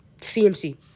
CMC